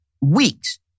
weeks